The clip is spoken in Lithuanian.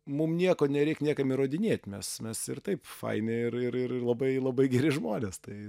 mum nieko nereik niekam įrodinėt mes mes ir taip faina ir ir ir labai labai geri žmonės tai